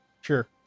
sure